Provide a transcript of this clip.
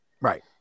Right